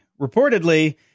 reportedly